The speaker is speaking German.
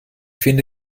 finde